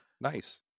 nice